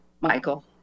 Michael